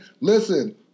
listen